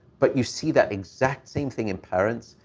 but you see that exact same thing in parents.